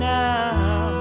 now